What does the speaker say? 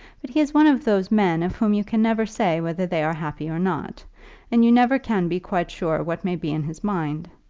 but he is one of those men of whom you can never say whether they are happy or not and you never can be quite sure what may be in his mind.